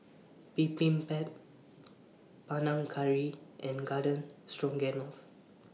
Bibimbap Panang Curry and Garden Stroganoff